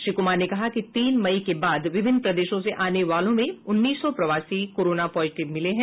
श्री कुमार ने कहा कि तीन मई के बाद विभिन्न प्रदेशों से आने वालों में उन्नीस सौ प्रवासी कोरोना पॉजिटिव मिले हैं